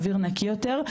אוויר נקי יותר,